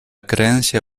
creencia